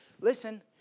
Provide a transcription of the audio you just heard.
Listen